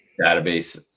database